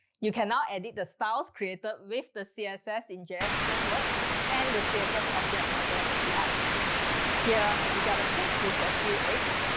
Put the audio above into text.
you cannot edit the styles creator with the css in js frameworks and the css object model apis. here, we got a page with a few eggs.